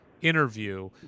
interview